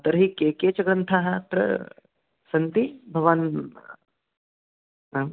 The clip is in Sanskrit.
तर्हि के के च ग्रन्थाः अत्र सन्ति भवान् नाम